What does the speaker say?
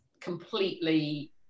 completely